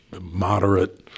moderate